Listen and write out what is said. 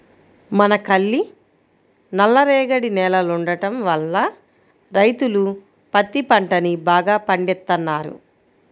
మనకల్లి నల్లరేగడి నేలలుండటం వల్ల రైతులు పత్తి పంటని బాగా పండిత్తన్నారు